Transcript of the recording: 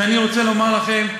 ואני רוצה לומר לכם,